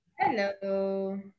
Hello